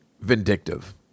vindictive